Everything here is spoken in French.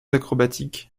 acrobatique